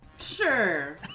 Sure